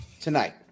tonight